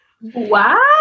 Wow